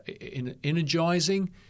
energizing